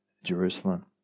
Jerusalem